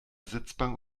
sitzbank